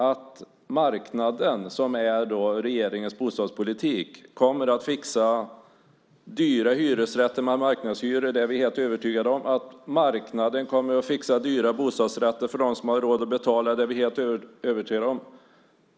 Att marknaden, som är regeringens bostadspolitik, kommer att fixa dyra hyresrätter med marknadshyror, är vi helt övertygade om. Att marknaden kommer att fixa dyra bostadsrätter för dem som har råd att betala är vi helt övertygade om.